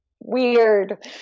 weird